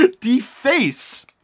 deface